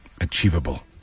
achievable